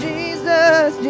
Jesus